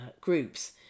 groups